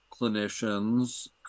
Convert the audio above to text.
clinicians